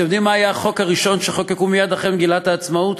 אתם יודעים מה היה החוק הראשון שחוקקו מייד אחרי מגילת העצמאות?